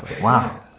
Wow